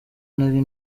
nari